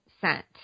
cent